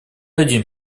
один